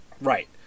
right